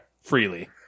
Freely